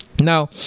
now